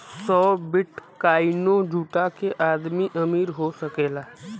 सौ बिट्काइनो जुटा के आदमी अमीर हो सकला